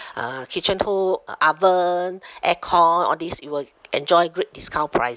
uh kitchen hob uh oven aircon all these you will enjoy great discount prices